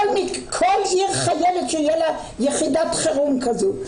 כל עיר חייבת שיהיה לה יחידת חירום כזו,